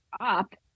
up